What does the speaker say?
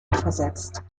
versetzt